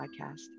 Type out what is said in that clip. podcast